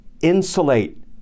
insulate